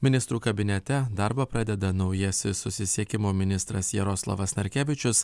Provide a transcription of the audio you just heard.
ministrų kabinete darbą pradeda naujasis susisiekimo ministras jaroslavas narkevičius